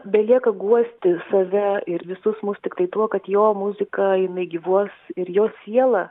belieka guosti save ir visus mus tiktai tuo kad jo muzika jinai gyvuos ir jo siela